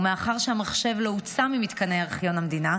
ומאחר שהמחשב לא הוצא ממתקני ארכיון המדינה,